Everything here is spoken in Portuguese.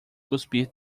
cuspir